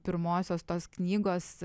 pirmosios tos knygos